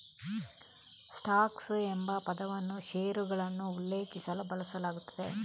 stocks ಎಂಬ ಪದವನ್ನು ಷೇರುಗಳನ್ನು ಉಲ್ಲೇಖಿಸಲು ಬಳಸಲಾಗುತ್ತದೆ